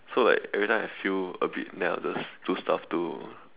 so like every time I feel a bit then I'll just do stuff do